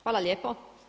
Hvala lijepo.